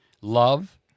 love